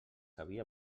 havia